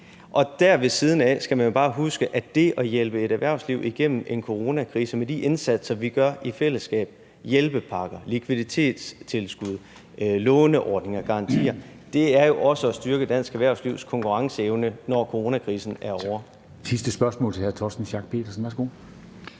Ved siden af det skal man jo bare huske, at det at hjælpe et erhvervsliv igennem en coronakrise med de indsatser, vi gør i fællesskab – hjælpepakker, likviditetstilskud, låneordninger og garantier – også er at styrke dansk erhvervslivs konkurrenceevne, når coronakrisen er ovre. Kl. 13:41 Formanden (Henrik